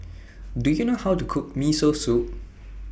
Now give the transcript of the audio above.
Do YOU know How to Cook Miso Soup